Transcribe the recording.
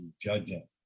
judging